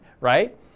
right